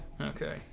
Okay